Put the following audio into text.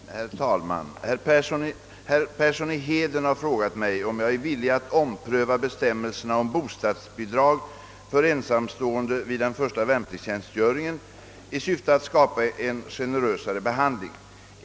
Herr talman! Herr Persson i Heden har frågat mig om jag är villig att ompröva bestämmelserna om bostadsbidrag för ensamstående vid den första värnpliktstjänstgöringen i syfte att skapa en generösare behandling.